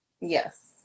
yes